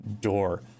door